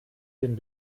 den